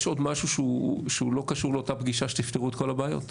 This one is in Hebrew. יש עוד משהו שהוא לא קשור לאותה פגישה שתפתרו את כל הבעיות?